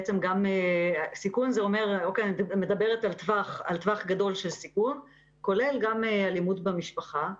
אני מדברת על טווח גדול של סיכון כולל גם אלימות במשפחה.